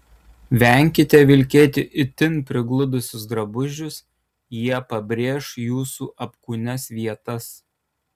venkite vilkėti itin prigludusius drabužius jie pabrėš jūsų apkūnias vietas